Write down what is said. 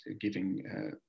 giving